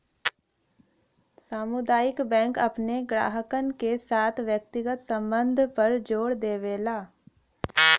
सामुदायिक बैंक अपने ग्राहकन के साथ व्यक्तिगत संबध पर जोर देवला